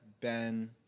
Ben